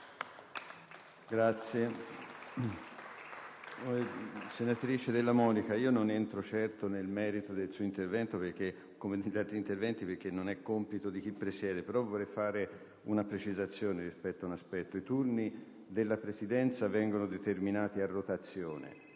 Senatrice Della Monica, non entro certo nel merito del suo intervento, come di altri, perché non è compito di chi presiede. Vorrei però fare una precisazione in merito ad un aspetto. I turni della Presidenza vengono determinati a rotazione